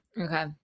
Okay